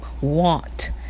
want